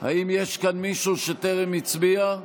האם יש כאן מישהו שטרם הצביע?